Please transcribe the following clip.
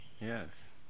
Yes